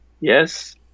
yes